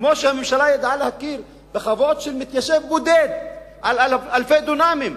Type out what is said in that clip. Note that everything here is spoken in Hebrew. כמו שהממשלה ידעה להכיר בחוות של מתיישב בודד על אלפי דונמים,